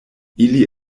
ili